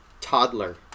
toddler